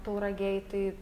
tauragėje tai